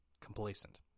Complacent